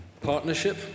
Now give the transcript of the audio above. Partnership